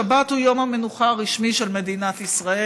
השבת היא יום המנוחה הרשמי של מדינת ישראל.